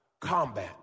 Combat